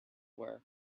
were